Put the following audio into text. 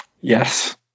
Yes